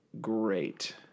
great